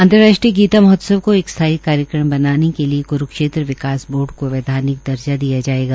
अंतर्राष्ट्रीय गीता महोत्सव को एक स्थाई कार्यक्रम के लिए क्रूक्षेत्र विकास बोर्ड को वैधानिक दर्जा दिया जाएगा